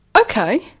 Okay